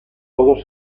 todos